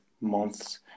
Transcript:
months